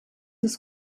des